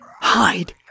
Hide